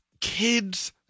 Kids